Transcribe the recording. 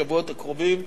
בשבועות הקרובים.